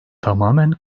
tamamen